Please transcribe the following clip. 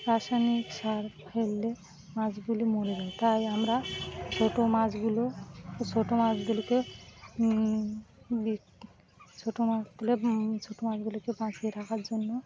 রাসায়নিক সার ফেললে মাছগুলি মরে যায় তাই আমরা ছোটো মাছগুলো ছোটো মাছগুলোকে ছোটো মাছগুলো ছোটো মাছগুলোকে বাঁচিয়ে রাখার জন্য